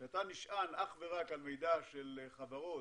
כשאתה נשען אך ורק על מידע של חברות,